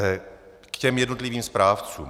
K těm jednotlivým správcům.